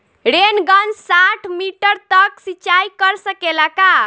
Rain gun साठ metre तक सिचाई कर सकेला का?